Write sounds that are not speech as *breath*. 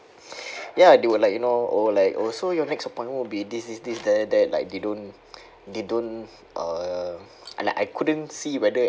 *breath* ya they were like you know !oh! like !oh! so your next appointment will be this this this then they're like they don't they don't uh and I couldn't see whether